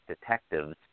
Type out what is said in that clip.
detectives